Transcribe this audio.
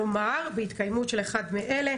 כלומר בהתקיימות של אחד מאלה,